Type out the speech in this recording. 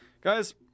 guys